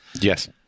Yes